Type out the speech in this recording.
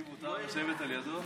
לי מותר לשבת לידו?